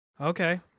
Okay